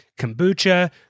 kombucha